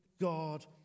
God